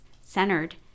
centered